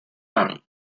army